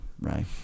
right